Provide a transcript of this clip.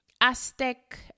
Aztec